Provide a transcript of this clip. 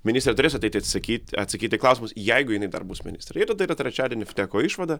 ministrė turės ateiti atsisakyt atsakyt klausimus jeigu jinai dar bus ministrė ir dar yra trečiadienį vtekoj išvada